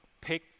pick